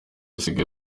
usigaye